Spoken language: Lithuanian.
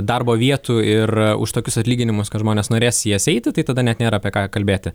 darbo vietų ir už tokius atlyginimus kad žmonės norės į jas eiti tai tada net nėra apie ką kalbėti